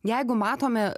jeigu matome